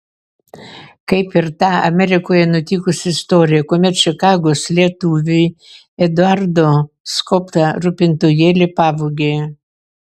kaip ir ta amerikoje nutikusi istorija kuomet čikagos lietuviui eduardo skobtą rūpintojėlį pavogė